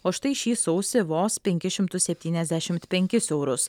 o štai šį sausį vos penkis šimtus septyniasdešimt penkis eurus